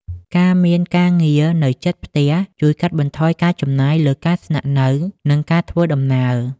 ការមានការងារនៅជិតផ្ទះជួយកាត់បន្ថយការចំណាយលើការស្នាក់នៅ និងការធ្វើដំណើរ។